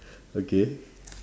okay